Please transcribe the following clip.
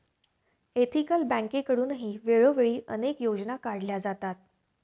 ethical बँकेकडूनही वेळोवेळी अनेक योजना काढल्या जातात